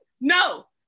No